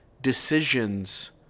decisions